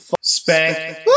spank